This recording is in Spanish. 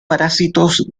parásitos